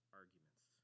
arguments